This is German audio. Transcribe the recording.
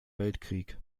weltkrieg